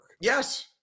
Yes